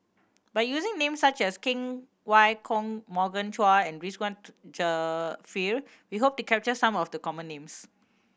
by using names such as Cheng Wai Keung Morgan Chua and Ridzwan Dzafir we hope to capture some of the common names